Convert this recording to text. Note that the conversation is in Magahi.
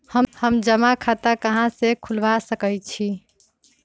हम जमा खाता कहां खुलवा सकई छी?